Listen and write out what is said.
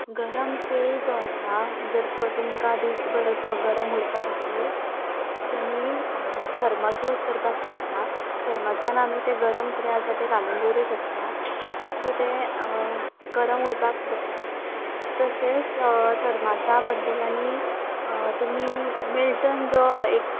गरम पेय जो आसा जर तर तुमकां बरोसो गरम उरपा खातीर तुमी थर्मास यूज करपा शकता थर्मासान आमी गरम किदें आसा तें घालून दवरूं शकता सो तें गरम उरपाक शकता तशेंच थर्मासा बद्दल आनी मिल्टन जो एक